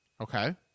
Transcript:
okay